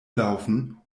laufen